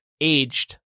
aged